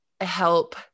help